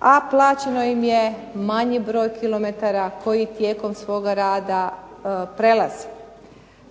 a plaćeno im je manji broj kilometara koji tijekom svoga rada prelaze.